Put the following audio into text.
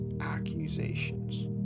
accusations